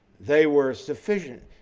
they were sufficient.